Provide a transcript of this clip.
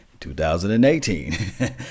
2018